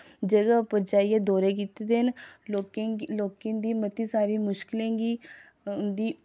जगह् उप्पर जाइयै दौरे कीते दे न लोकें गी लोकें दी मती सारी मुश्कलें गी उं'दी